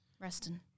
resting